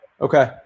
Okay